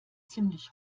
ziemlich